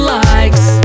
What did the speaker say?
likes